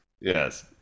Yes